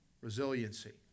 resiliency